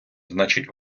значить